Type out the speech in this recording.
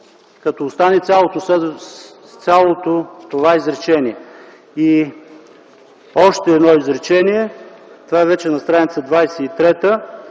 като остане цялото това изречение. Още едно изречение – това е вече на стр. 23,